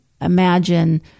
imagine